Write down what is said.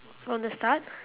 from the start